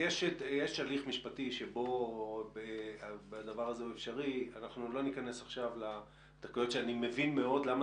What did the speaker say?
יש הליך משפטי ולא ניכנס עכשיו לדקויות שאני מבין מאוד למה